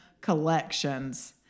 collections